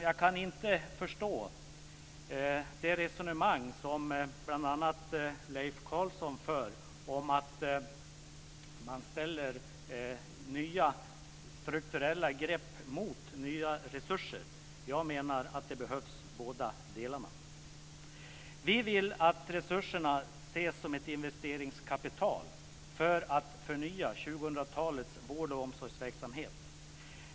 Jag kan inte förstå det resonemang som bl.a. Leif Carlson för om att man ställer nya strukturella grepp mot nya resurser. Jag menar att det behövs båda delarna. Vi vill att resurserna ses som ett investeringskapital för att förnya 2000-talets vård och omsorgsverksamhet.